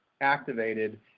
activated